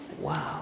Wow